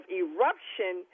eruption